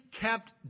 kept